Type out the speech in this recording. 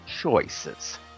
choices